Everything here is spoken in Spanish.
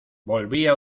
volvía